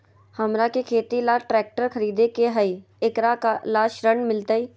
हमरा के खेती ला ट्रैक्टर खरीदे के हई, एकरा ला ऋण मिलतई?